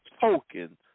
token